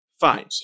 Fine